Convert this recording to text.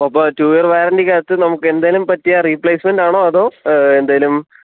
അപ്പോൾ two year വാറന്റിക്കകത്ത് നമുക്കെന്തെങ്കിലും പറ്റിയാൽ റീപ്ലേസ്മെന്റ് ആണോ അതോ എന്തെങ്കിലും